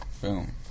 boom